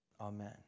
amen